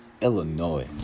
Illinois